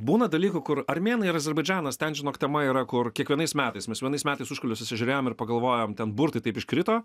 būna dalykų kur armėnai ir azerbaidžanas ten žinok tema yra kur kiekvienais metais mes vienais metais užkulniuose susižiūrėjom ir pagalvojom ten burtai taip iškrito